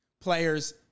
players